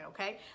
okay